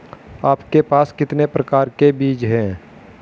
आपके पास कितने प्रकार के बीज हैं?